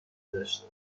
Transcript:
داشته